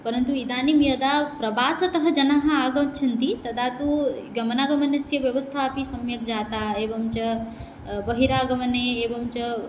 परन्तु इदानीं यदा प्रवासतः जनाः आगच्छन्ति तदा तु गमनागमनस्य व्यवस्था अपि सम्यक् जाता एवं च बहिरागमने एवं च